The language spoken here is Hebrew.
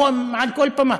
מעל כל במה.